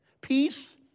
Peace